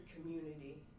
community